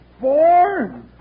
four